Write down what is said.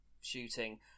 shooting